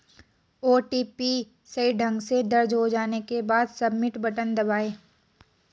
OTP सही ढंग से दर्ज हो जाने के बाद, सबमिट बटन दबाएं